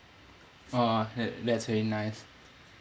oh that that's very nice